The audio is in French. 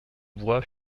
bois